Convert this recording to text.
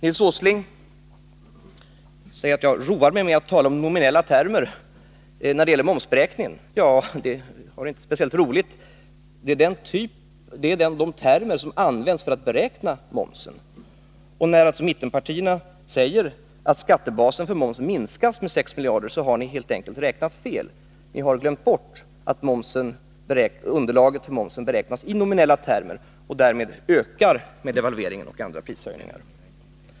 Nils Åsling säger att jag roar mig med att tala om nominella termer när det gäller momsberäkningen. Ja, det är inte speciellt roligt, utan det är helt enkelt de termer som används vid beräkning av momsen. När mittenpartierna säger att skattebasen för momsen minskas med 6 miljarder har ni helt enkelt räknat fel. Ni har glömt bort att underlaget för momsen räknas i nominella termer och därmed ökar med devalveringen och andra prishöjningar.